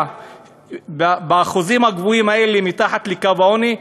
עם האחוזים הגבוהים האלה מתחת לקו העוני?